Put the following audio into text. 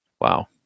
Wow